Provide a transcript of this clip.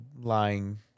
lying